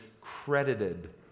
credited